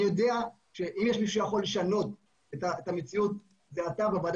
אני יודע שאם יש מישהו שיכול לשנות את המציאות זה אתה והוועדה